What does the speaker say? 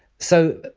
so,